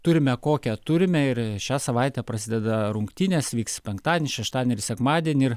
turime kokią turime ir šią savaitę prasideda rungtynės vyks penktadienį šeštadienį ir sekmadienį ir